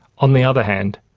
on the other hand,